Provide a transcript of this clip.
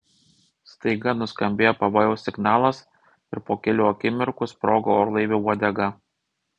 staiga nuskambėjo pavojaus signalas ir po kelių akimirkų sprogo orlaivio uodega